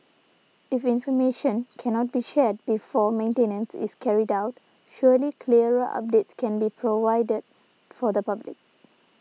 if information cannot be shared before maintenance is carried out surely clearer updates can be provided for the public